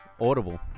Audible